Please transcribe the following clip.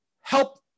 help